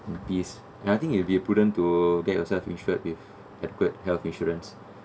in peace and I think it would be prudent to get yourself insured with adequate health insurance